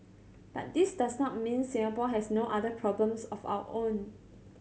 but this does not mean Singapore has no other problems of our own